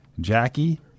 Jackie